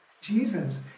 Jesus